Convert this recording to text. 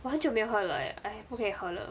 我很久没喝了 eh 不可以喝了